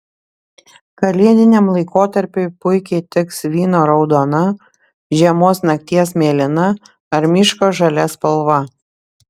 kalėdiniam laikotarpiui puikiai tiks vyno raudona žiemos nakties mėlyna ar miško žalia spalva